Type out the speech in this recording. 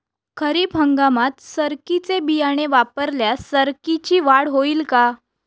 खरीप हंगामात सरकीचे बियाणे वापरल्यास सरकीची वाढ होईल का?